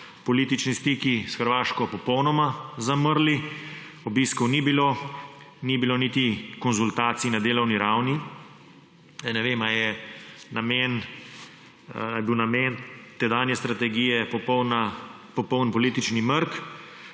politični stiki s Hrvaško popolnoma zamrli, obiskov ni bilo, ni bilo niti konzultacij na delovni ravni. Zdaj ne vem, ali je bil namen tedanje strategije popoln politični mrk,